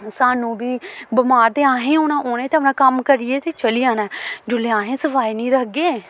सानूं बी बमार ते असें होना ते अपना कम्म करियै ते चली जाना जोल्लै अहें सफाई निं रक्खगे